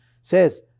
says